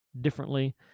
differently